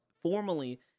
formally